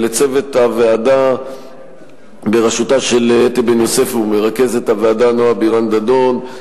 לצוות הוועדה בראשותה של אתי בן-יוסף ומרכזת הוועדה נועה בירן-דדון,